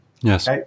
Yes